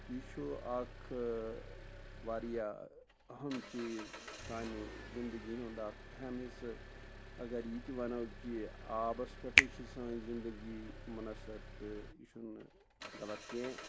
یہِ چھُ اکھ واریاہ اَہم چیٖز سانہٕ زنٛدگی ہُنٛد اکھ اَہم حِصہٕ اَگر یہِ تہِ وَنو کہِ آبس پٮ۪ٹھٕے چھِ سٲنۍ زنٛدگی مُنحصر تہٕ یہِ چھُ نہٕ غلط کیٚنٛہہ